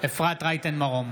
אפרת רייטן מרום,